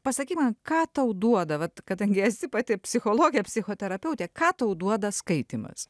pasakyk man ką tau duoda vat kadangi esi pati psichologė psichoterapeutė ką tau duoda skaitymas